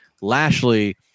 Lashley